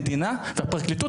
והמדינה והפרקליטות,